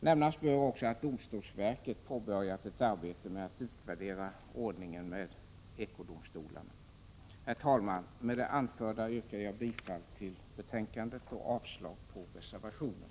Nämnas bör också att domstolsverket påbörjat ett arbete med att utvärdera ordningen med de s.k. ekodomstolarna. Herr talman! Med det anförda yrkar jag bifall till utskottets hemställan och avslag på reservationernå.